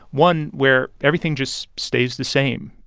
one where everything just stays the same,